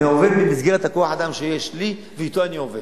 אני עובד במסגרת כוח-האדם שיש לי, ואתו אני עובד.